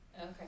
Okay